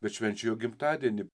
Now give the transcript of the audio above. bet švenčia jo gimtadienį